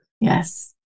Yes